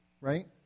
right